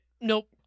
nope